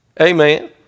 Amen